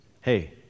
hey